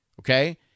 Okay